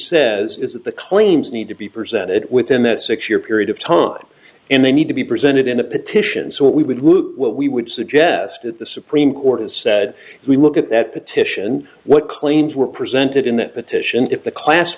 says is that the claims need to be presented with in that six year period of time and they need to be presented in a petition so we would lose what we would suggest that the supreme court has said if we look at that petition what claims were presented in that petition if the class